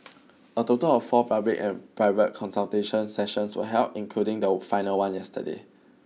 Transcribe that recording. a total of four public and private consultation sessions were held including the final one yesterday